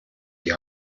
die